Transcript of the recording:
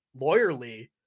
lawyerly